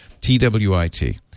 T-W-I-T